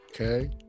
okay